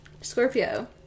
Scorpio